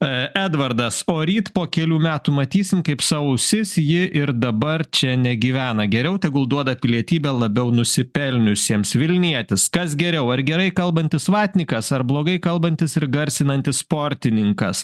e edvardas o ryt po kelių metų matysim kaip savo ausis ji ir dabar čia negyvena geriau tegul duoda pilietybę labiau nusipelniusiems vilnietis kas geriau ar gerai kalbantis vatnikas ar blogai kalbantis ir garsinantis sportininkas